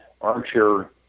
armchair